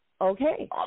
Okay